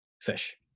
fish